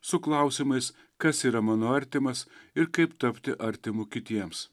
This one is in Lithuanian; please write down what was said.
su klausimais kas yra mano artimas ir kaip tapti artimu kitiems